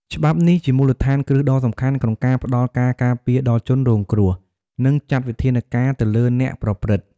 ច្បាប់នេះជាមូលដ្ឋានគ្រឹះដ៏សំខាន់ក្នុងការផ្ដល់ការការពារដល់ជនរងគ្រោះ និងចាត់វិធានការទៅលើអ្នកប្រព្រឹត្ត។